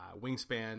Wingspan